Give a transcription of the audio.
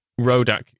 Rodak